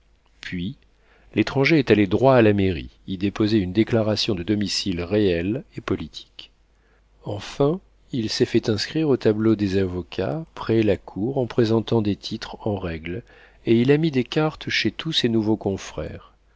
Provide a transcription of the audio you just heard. puis l'étranger est allé droit à la mairie y déposer une déclaration de domicile réel et politique enfin il s'est fait inscrire au tableau des avocats près la cour en présentant des titres en règle et il a mis des cartes chez tous ses nouveaux confrères